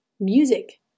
Music